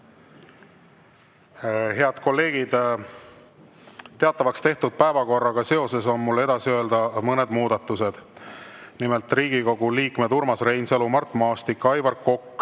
Head kolleegid, teatavaks tehtud päevakorraga seoses on mul edasi öelda mõned muudatused. Nimelt, Riigikogu liikmed Urmas Reinsalu, Mart Maastik, Aivar Kokk